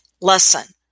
lesson